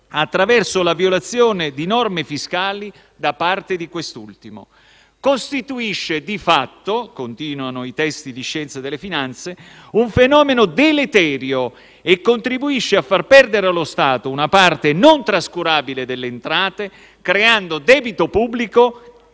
attraverso la violazione di norme fiscali da parte di quest'ultimo. Costituisce di fatto - continuano i testi di scienza delle finanze - un fenomeno deleterio e contribuisce a far perdere allo Stato una parte non trascurabile delle entrate, creando debito pubblico